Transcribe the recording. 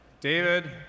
David